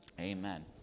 Amen